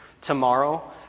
tomorrow